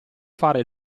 fare